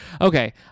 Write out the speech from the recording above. Okay